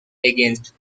against